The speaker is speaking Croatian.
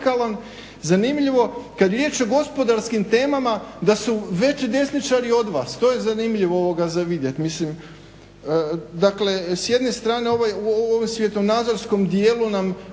zanimljivo kad je riječ o gospodarskim temama da su veći desničari od vas. To je zanimljivo za vidjet. Dakle s jedne strane u ovom svjetonazorskom dijelu nam